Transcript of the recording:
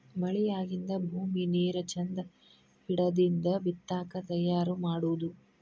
ಮಳಿ ಆಗಿಂದ ಭೂಮಿ ನೇರ ಚಂದ ಹಿಡದಿಂದ ಬಿತ್ತಾಕ ತಯಾರ ಮಾಡುದು